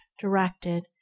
directed